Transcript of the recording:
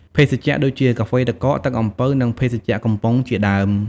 ភេសជ្ជៈដូចជា កាហ្វេទឹកកក ទឹកអំពៅ និងភេសជ្ជៈកំប៉ុងជាដើម។។